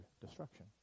destruction